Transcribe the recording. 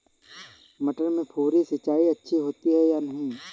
मटर में फुहरी सिंचाई अच्छी होती है या नहीं?